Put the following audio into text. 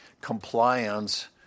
compliance